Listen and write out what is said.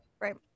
Right